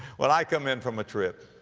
when i come in from a trip,